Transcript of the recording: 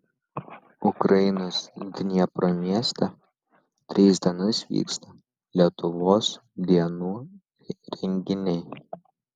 ukrainos dniepro mieste tris dienas vyksta lietuvos dienų renginiai